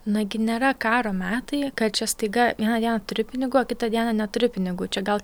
nagi nėra karo metai kad čia staiga vieną dieną turi pinigų o kitą dieną neturi pinigų čia gal